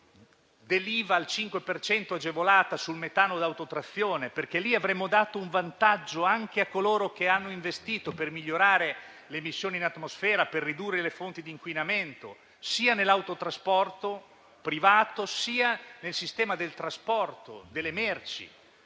agevolata al 5 per cento sul metano da autotrazione, perché lì avremmo dato un vantaggio anche a coloro che hanno investito per migliorare le emissioni in atmosfera, per ridurre le fonti di inquinamento, sia nell'autotrasporto privato, sia nel sistema del trasporto delle merci,